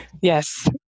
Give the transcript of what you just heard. Yes